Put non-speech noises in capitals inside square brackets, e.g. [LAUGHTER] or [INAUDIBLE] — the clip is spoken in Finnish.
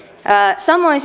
samoin [UNINTELLIGIBLE]